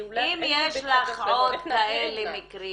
אם יש לך עוד כאלה מקרים